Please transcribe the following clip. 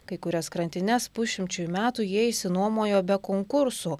kai kurias krantines pusšimčiui metų jie išsinuomuojo be konkursų